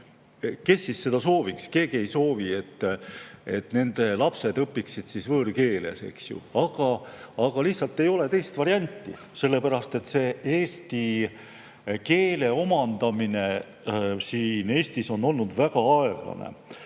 Kes siis seda sooviks – keegi ei soovi –, et nende lapsed õpiksid võõrkeeles, eks ju, aga lihtsalt ei ole teist varianti, sellepärast et eesti keele omandamine siin Eestis on olnud väga aeglane.